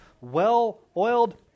well-oiled